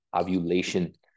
ovulation